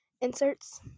inserts